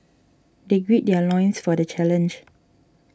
they gird their loins for the challenge